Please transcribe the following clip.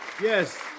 Yes